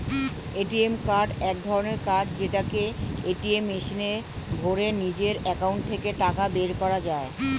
ATM card এক ধরণের card যেটাকে এটিএম মেশিনে ভরে নিজের একাউন্ট থেকে টাকা বের করা যায়